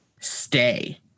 stay